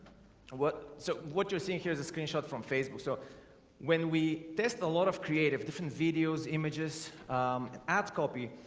what so what you're seeing here is a screenshot from facebook so when we test a lot of creative different videos images ad copy